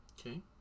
Okay